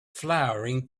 flowering